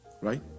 right